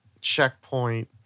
checkpoint